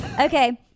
Okay